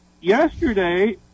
yesterday